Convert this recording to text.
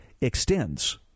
extends